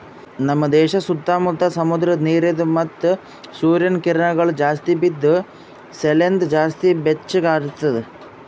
ನಮ್ ದೇಶ ಸುತ್ತಾ ಮುತ್ತಾ ಸಮುದ್ರದ ನೀರ ಮತ್ತ ಸೂರ್ಯನ ಕಿರಣಗೊಳ್ ಜಾಸ್ತಿ ಬಿದ್ದು ಸಲೆಂದ್ ಜಾಸ್ತಿ ಬೆಚ್ಚಗ ಇರ್ತದ